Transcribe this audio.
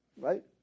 Right